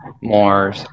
more